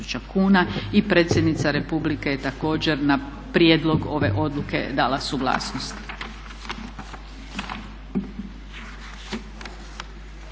I predsjednica Republike je također na prijedlog ove odluke dala suglasnost.